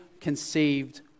conceived